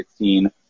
2016